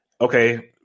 Okay